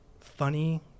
funny